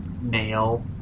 male